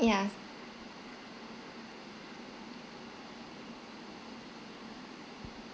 yeah